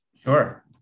Sure